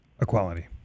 equality